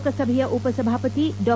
ಲೋಕಸಭೆಯ ಉಪ ಸಭಾಪತಿ ಡಾ